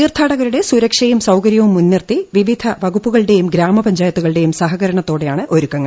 തീർഥാടകരുടെ സുരക്ഷയും സൌകര്യവും മുൻനിർത്തി പിവിധ വകുപ്പുകളുടെയും ഗ്രാമപ്പഞ്ചായത്തുകളുടെയും സഹികരണ്ത്തോടെയാണ് ഒരുക്കങ്ങൾ